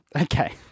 Okay